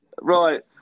right